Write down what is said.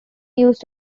used